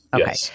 Okay